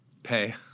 pay